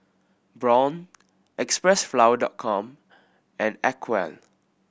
Braun Xpressflower Dot Com and Acwell